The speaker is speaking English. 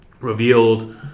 revealed